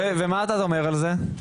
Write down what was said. ומה אתה אומר על זה?